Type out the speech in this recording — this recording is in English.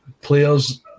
players